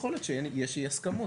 יכול להיות שיש אי הסכמות,